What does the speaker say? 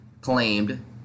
claimed